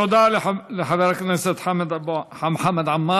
תודה לחבר הכנסת חמד עמאר.